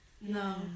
No